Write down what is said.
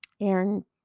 Aaron